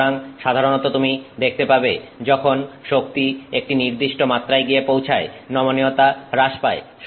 সুতরাং সাধারণত তুমি দেখতে পাবে যখন শক্তি একটি নির্দিষ্ট মাত্রায় গিয়ে পৌঁছায় নমনীয়তা হ্রাস পায়